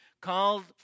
called